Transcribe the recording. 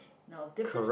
now difference